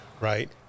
right